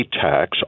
tax